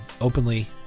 openly